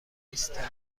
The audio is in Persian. نیستند